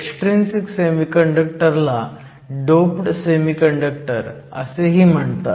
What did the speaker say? extrinsic semiconductor ला doped semiconductor असेही म्हणतात